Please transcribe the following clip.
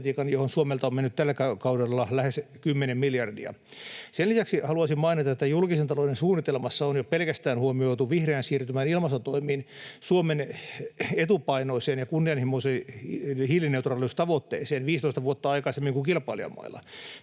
johon Suomelta on mennyt tällä kaudella lähes kymmenen miljardia. Sen lisäksi haluaisin mainita, että julkisen talouden suunnitelmassa on huomioitu jo pelkästään vihreän siirtymän ilmastotoimiin, Suomen etupainoiseen ja kunnianhimoiseen hiilineutraalisuustavoitteeseen, 15 vuotta aikaisemmin kuin kilpailijamailla,